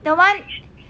the one